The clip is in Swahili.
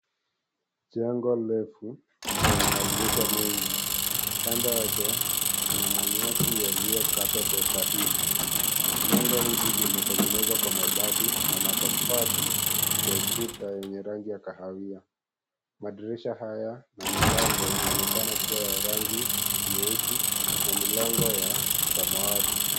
Jengo refu lenye madirisha mengi. Kando yake kuna manyasi yaliyokatwa kwa usahihi. Jengo hili limetegenezwa kwa mabati na matofali ya ukuta yenye rangi ya kahawia. Madirisha haya na milango inaonekana kuwa ya rangi nyeusi na milango ya samawati.